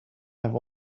have